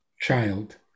child